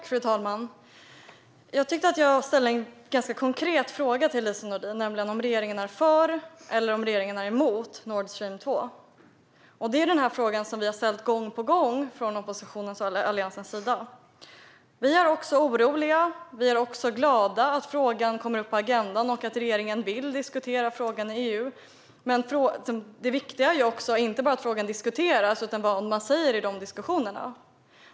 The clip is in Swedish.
Fru talman! Jag tyckte att jag ställde en ganska konkret fråga till Lise Nordin, nämligen om regeringen är för eller emot Nord Stream 2. Den här frågan har vi ställt gång på gång från oppositionens och Alliansens sida. Vi är också oroliga. Vi är också glada att frågan kommer upp på agendan och att regeringen vill diskutera frågan i EU. Men det viktiga är ju inte bara att frågan diskuteras, utan även vad man säger i de diskussionerna.